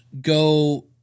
go –